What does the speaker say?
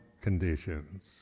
conditions